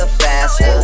faster